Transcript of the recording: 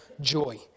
joy